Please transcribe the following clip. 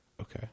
Okay